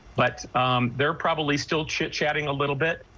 but they're probably still chit chatting a little bit.